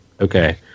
Okay